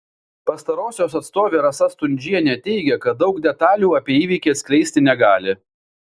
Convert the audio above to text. pastarosios atstovė rasa stundžienė teigė kad daug detalių apie įvykį atskleisti negali